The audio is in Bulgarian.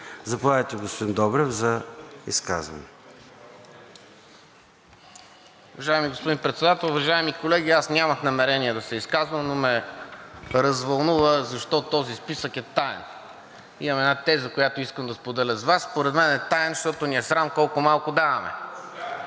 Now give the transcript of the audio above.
Заповядайте, господин Добрев, за изказване. ДЕЛЯН ДОБРЕВ (ГЕРБ-СДС): Уважаеми господин Председател, уважаеми колеги! Нямах намерение да се изказвам, но ме развълнува защо този списък е таен. Имам една теза, която искам да споделя с Вас. Според мен е таен, защото ни е срам колко малко даваме.